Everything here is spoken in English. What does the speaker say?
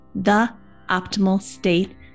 theoptimalstate